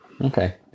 Okay